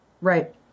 Right